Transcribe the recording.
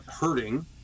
hurting